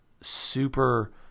super